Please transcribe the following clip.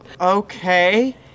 Okay